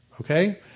okay